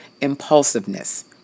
impulsiveness